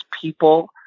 people